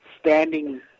standing